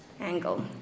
angle